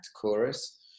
chorus